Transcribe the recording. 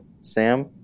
Sam